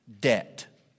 debt